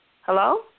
Hello